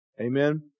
Amen